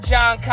John